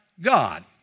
God